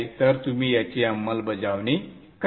तर तुम्ही याची अंमलबजावणी करा